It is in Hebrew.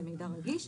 זה מידע רגיש,